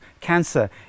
cancer